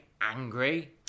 angry